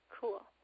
cool